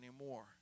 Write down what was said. anymore